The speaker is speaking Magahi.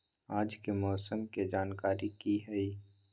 आज के मौसम के जानकारी कि हई?